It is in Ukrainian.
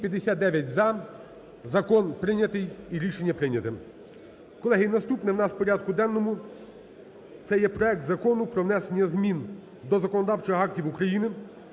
Закон прийнятий і рішення прийняте.